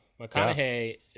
McConaughey